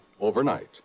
overnight